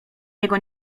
niego